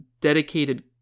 dedicated